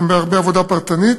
גם בהרבה עבודה פרטנית,